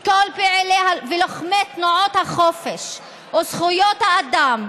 כל פעילי ולוחמי תנועות החופש וזכויות האדם,